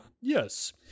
Yes